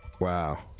Wow